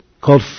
called